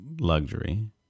luxury